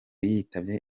yitabye